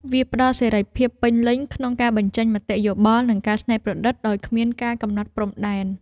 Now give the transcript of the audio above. វាផ្ដល់សេរីភាពពេញលេញក្នុងការបញ្ចេញមតិយោបល់ និងការច្នៃប្រឌិតដោយគ្មានការកំណត់ព្រំដែន។